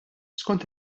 skont